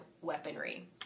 weaponry